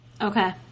Okay